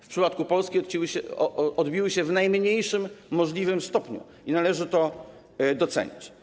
W przypadku Polski odbiły się w najmniejszym możliwym stopniu i należy to docenić.